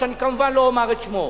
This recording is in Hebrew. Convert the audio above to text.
שאני כמובן לא אומר את שמו.